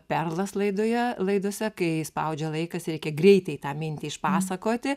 perlas laidoje laidose kai spaudžia laikas reikia greitai tą mintį išpasakoti